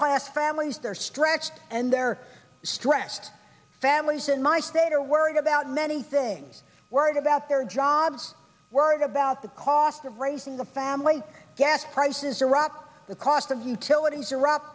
class families they're stretched and they're stretched families in my state are worried about many things worried about their jobs worried about the cost of raising the family gas prices are up the cost of utilities are up